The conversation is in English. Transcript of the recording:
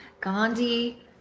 Gandhi